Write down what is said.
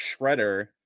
Shredder